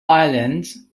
islands